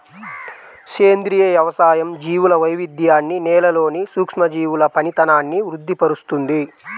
సేంద్రియ వ్యవసాయం జీవుల వైవిధ్యాన్ని, నేలలోని సూక్ష్మజీవుల పనితనాన్ని వృద్ది పరుస్తుంది